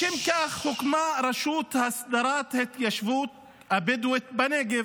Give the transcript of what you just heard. לשם כך הוקמה הרשות להסדרת ההתיישבות הבדואית בנגב.